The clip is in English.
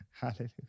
Hallelujah